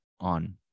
on